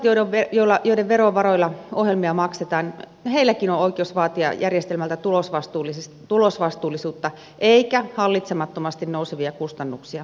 elikkä kuntalaisillakin joiden verovaroilla ohjelmia maksetaan on oikeus vaatia järjestelmältä tulosvastuullisuutta eikä hallitsemattomasti nousevia kustannuksia